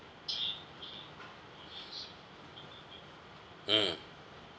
mm